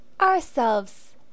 Ourselves